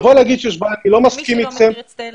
לבוא להגיד שיש בעיה, אני לא מסכים אתכם.